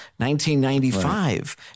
1995